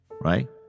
right